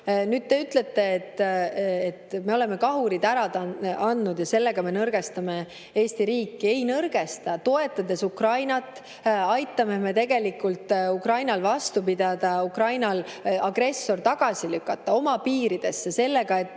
Nüüd te ütlete, et me oleme kahurid ära andnud ja sellega me nõrgestame Eesti riiki. Ei nõrgesta! Toetades Ukrainat, aitame me tegelikult Ukrainal vastu pidada ja agressor tagasi lükata oma piiridesse, et